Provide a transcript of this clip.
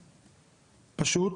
פשוט.